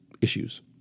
issues